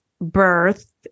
birth